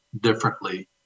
differently